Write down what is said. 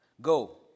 Go